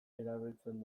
erabiltzen